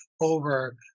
over